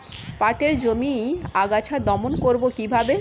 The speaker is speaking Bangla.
পাটের জমির আগাছা দমন করবো কিভাবে?